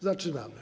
Zaczynamy.